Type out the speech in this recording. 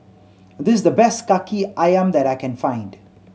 this the best Kaki Ayam that I can find